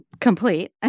complete